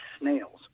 snails